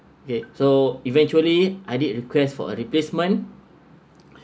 okay so eventually I did request for a replacement